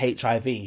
HIV